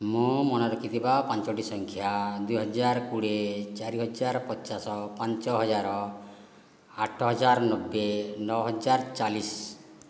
ମୁଁ ମନେ ରଖିଥିବା ପାଞ୍ଚଟି ସଂଖ୍ୟା ଦୁଇହଜାର କୋଡ଼ିଏ ଚାରିହଜାର ପଚାଶ ପାଞ୍ଚ ହଜାର ଆଠ ହଜାର ନବେ ନଅ ହଜାର ଚାଳିଶ